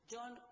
John